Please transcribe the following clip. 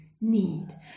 need